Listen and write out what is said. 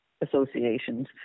associations